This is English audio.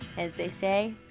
as they say.